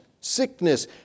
sickness